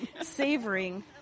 Savoring